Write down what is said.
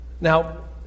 Now